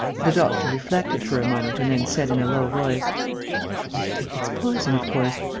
the doctor reflected for a moment and then said in a low voice you think it's poison, of course.